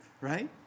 right